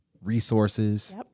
resources